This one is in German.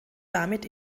damit